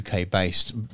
UK-based